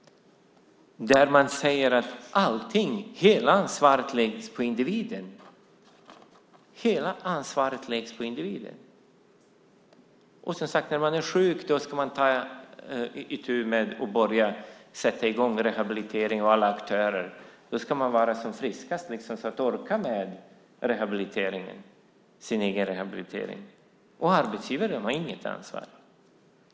Man säger att allting, hela ansvaret, läggs på individen. Och som sagt: När man är sjuk, då ska man ta itu med att börja sätta i gång rehabilitering och alla aktörer. Då ska man vara som friskast för att orka med sin egen rehabilitering. Och arbetsgivaren har inget ansvar.